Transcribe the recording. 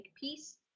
piece